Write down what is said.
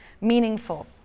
meaningful